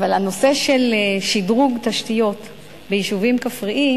אבל הנושא של שדרוג תשתיות באזורים כפריים